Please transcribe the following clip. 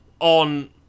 on